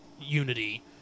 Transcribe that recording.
unity